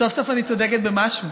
סוף-סוף אני צודקת במשהו.